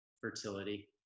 fertility